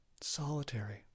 solitary